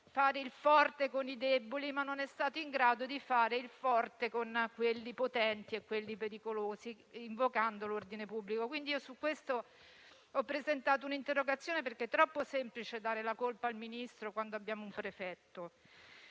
il prefetto, in quell'occasione, sapeva benissimo fare il forte con i deboli, ma non è stato in grado di fare il forte con i potenti e pericolosi, invocando l'ordine pubblico. Su questo ho presentato un'interrogazione, perché è troppo semplice dare la colpa al Ministro quando abbiamo un prefetto.